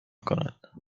کند